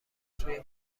سوی